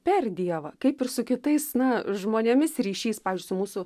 per dievą kaip ir su kitais na žmonėmis ryšys pavyzdžiui su mūsų